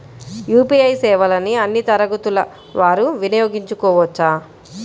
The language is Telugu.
యూ.పీ.ఐ సేవలని అన్నీ తరగతుల వారు వినయోగించుకోవచ్చా?